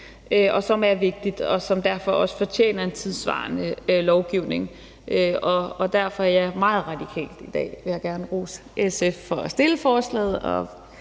som er vigtigt, og som derfor også fortjener en tidssvarende lovgivning. Derfor, ja, meget radikalt i dag vil jeg gerne rose SF for at fremsætte forslaget